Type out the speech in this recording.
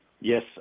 Yes